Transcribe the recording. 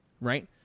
right